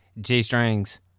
G-Strings